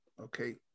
okay